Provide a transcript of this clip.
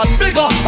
bigger